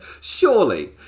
Surely